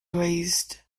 raised